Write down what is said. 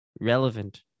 relevant